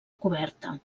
coberta